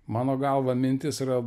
mano galva mintis yra